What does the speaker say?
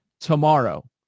tomorrow